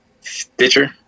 Stitcher